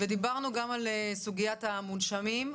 ודיברנו גם על סוגיית המונשמים,